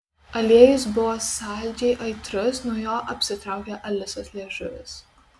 aliejus buvo saldžiai aitrus nuo jo apsitraukė alisos liežuvis